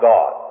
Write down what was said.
God